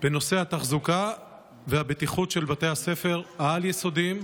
בנושא התחזוקה והבטיחות של בתי הספר העל-יסודיים,